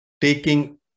taking